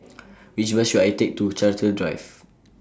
Which Bus should I Take to Chartwell Drive